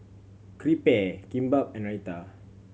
Crepe Kimbap and Raita